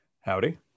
Howdy